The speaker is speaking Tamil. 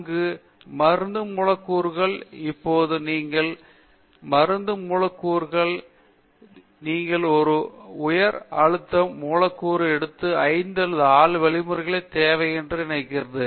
அங்கு மருந்து மூலக்கூறுகள் இப்போது நீங்கள் மருந்து மூலக்கூறுகள் நீங்கள் ஒரு உயர் அழுத்தம் மூலக்கூறு எடுத்து 5 முதல் 6 வழிமுறைகளை தேவை என்ன இருக்கிறது